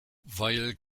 weil